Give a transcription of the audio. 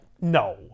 No